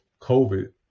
COVID